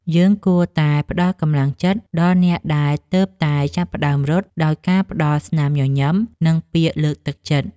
យើងគួរតែផ្ដល់កម្លាំងចិត្តដល់អ្នកដែលទើបតែចាប់ផ្ដើមរត់ ដោយការផ្ដល់ស្នាមញញឹម និងពាក្យលើកទឹកចិត្ត។